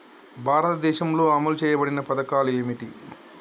భారతదేశంలో అమలు చేయబడిన పథకాలు ఏమిటి?